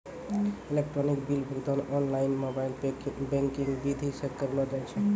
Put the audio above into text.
electronic bill भुगतान online mobile banking विधि से करलो जाय छै